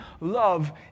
love